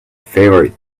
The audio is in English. favorite